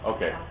Okay